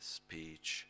speech